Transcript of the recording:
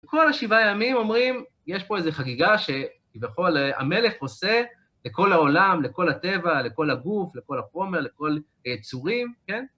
בכל השבעה ימים אומרים, יש פה איזו חגיגה שכביכול המלך עושה, לכל העולם, לכל הטבע, לכל הגוף, לכל החומר, לכל צורים, כן?